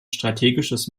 strategisches